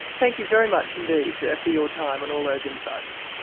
thank you very much indeed for your time, and all those insights.